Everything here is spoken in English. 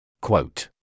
Quote